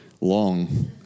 long